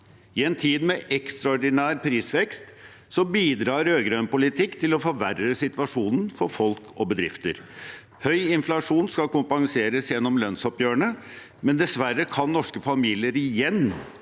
I en tid med ekstraordinær prisvekst bidrar rød-grønn politikk til å forverre situasjonen for folk og bedrifter. Høy inflasjon skal kompenseres gjennom lønnsoppgjørene, men dessverre kan norske familier igjen